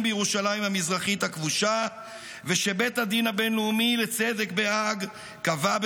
בירושלים המזרחית הכבושה ושבית הדין הבין-לאומי לצדק בהאג קבע,